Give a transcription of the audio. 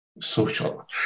social